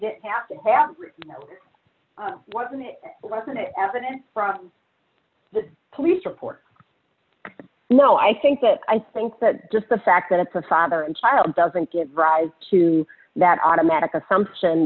you have to have wasn't it wasn't evident from the police report no i think that i think that just the fact that it's a father and child doesn't give rise to that automatic assumption